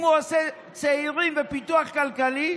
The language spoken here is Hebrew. אם הוא עשה צעירים ופיתוח כלכלי,